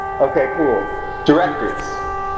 okay cool directors